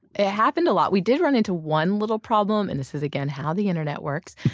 it happened a lot, we did run into one little problem, and this is again how the internet works,